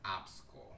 obstacle